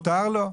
מותר לו.